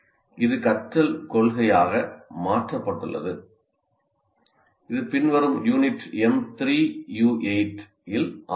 இது கற்றல் கொள்கையாக மாற்றப்பட்டுள்ளது இது பின்வரும் யூனிட் M3U8 இல் ஆராயப்படும்